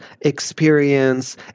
experience